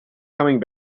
coming